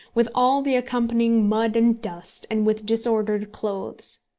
with all the accompanying mud and dust, and with disordered clothes.